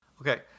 Okay